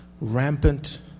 rampant